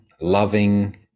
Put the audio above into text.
loving